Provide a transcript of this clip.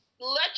Let